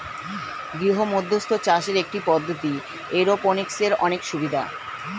গৃহমধ্যস্থ চাষের একটি পদ্ধতি, এরওপনিক্সের অনেক সুবিধা